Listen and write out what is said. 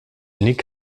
nick